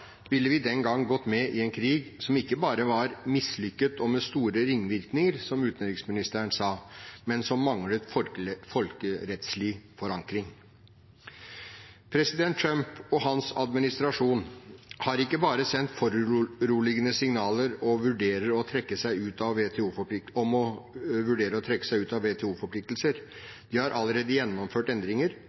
ville vi den gang gått med i en krig som ikke bare var mislykket og med store ringvirkninger, som utenriksministeren sa, men som manglet folkerettslig forankring. President Trump og hans administrasjon har ikke bare sendt foruroligende signaler om å vurdere å trekke seg ut av WTO-forpliktelser, de har allerede gjennomført endringer, som å trekke støtten til familieplanlegging i utviklingspolitikken. De har